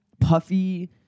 puffy